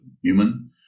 human